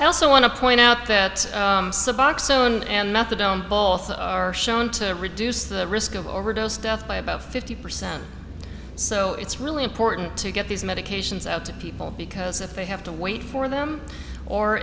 i also want to point out that suboxone and methadone both are shown to reduce the risk of overdose death by about fifty percent so it's really important to get these medications out to people because if they have to wait for them or